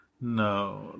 No